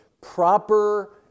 proper